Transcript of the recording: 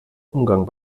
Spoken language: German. umgang